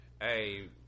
Hey